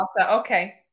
okay